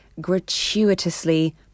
gratuitously